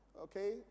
okay